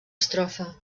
estrofa